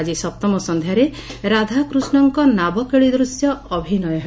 ଆକି ସପ୍ତମ ସନ୍ଧ୍ୟାରେ ରାଧା କୃଷ୍ଟଙ୍କ ନାବକେଳି ଦୃଶ୍ୟ ଅଭିନୟ ହେବ